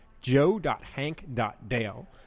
joe.hank.dale